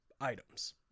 items